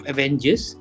Avengers